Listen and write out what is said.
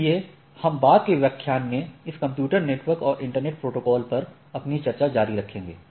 इसलिए हम बाद के व्याख्यान में इस कंप्यूटर नेटवर्क और इंटरनेट प्रोटोकॉल पर अपनी चर्चा जारी रखेंगे